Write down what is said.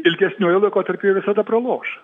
ilgesniuoju laikotarpiu jie visada praloš